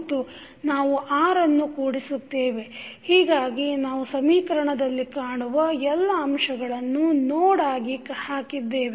ಮತ್ತು ನಾವು R ಅನ್ನು ಕೂಡಿಸುತ್ತೇವೆ ಹೀಗಾಗಿ ನಾವು ಸಮೀಕರಣದಲ್ಲಿ ಕಾಣುವ ಎಲ್ಲ ಅಂಶಗಳನ್ನು ನೋಡ್ ಆಗಿ ಹಾಕಿದ್ದೇವೆ